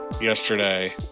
yesterday